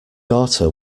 daughter